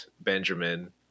Benjamin